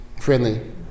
Friendly